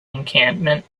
encampment